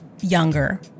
younger